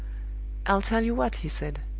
i'll tell you what, he said,